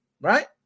right